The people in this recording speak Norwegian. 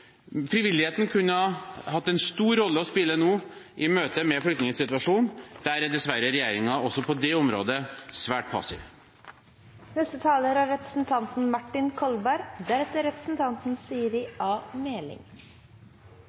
Frivilligheten kunne nå hatt en stor rolle å spille i møte med flyktningsituasjonen. Dessverre er regjeringen også på det området svært passiv. Tidlig i debatten sa representanten Flåtten – som er